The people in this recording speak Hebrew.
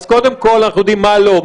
או, אז קודם כול אנחנו יודעים מה לא.